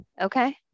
Okay